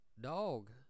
dog